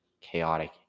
chaotic